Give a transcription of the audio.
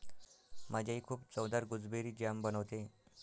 माझी आई खूप चवदार गुसबेरी जाम बनवते